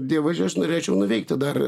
dievaži aš norėčiau nuveikti dar